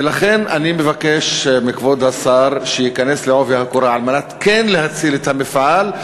לכן אני מבקש מכבוד השר שייכנס בעובי הקורה כדי להציל את המפעל,